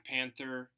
Panther